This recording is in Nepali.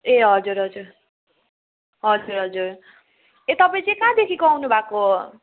ए हजुर हजुर हजुर हजुर ए तपाईँ चाहिँ कहाँदेखिको आउनुभएको